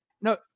No